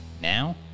now